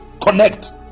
Connect